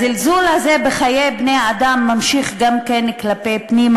הזלזול הזה בחיי בני-האדם ממשיך גם כלפי פנים,